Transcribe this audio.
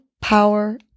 power